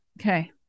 Okay